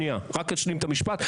רק להשלים את המשפט,